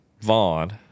Vaughn